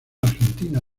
argentina